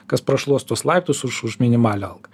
kas prašluos tuos laiptus už už minimalią algą